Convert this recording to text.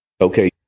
okay